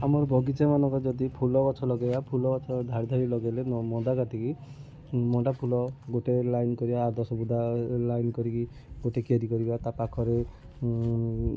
ଆମର ବଗିଚାମାନଙ୍କ ଯଦି ଫୁଲ ଗଛ ଲଗେଇବା ଫୁଲ ଗଛ ଧାରିଧାଡ଼ି ଲଗେଇଲେ ମନ୍ଦା କାଟିକି ମଣ୍ଡା ଫୁଲ ଗୋଟେ ଲାଇନ୍ କରିବା ଲାଇନ୍ କରିକି ଗୋଟେ କିଆରି କରିବା ତା ପାଖରେ